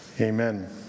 Amen